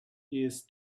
his